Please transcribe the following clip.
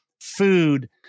food